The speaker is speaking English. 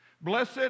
Blessed